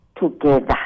together